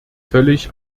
völlig